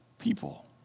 People